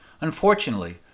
Unfortunately